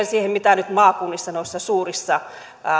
siihen mitä nyt maakunnissa noissa suurissa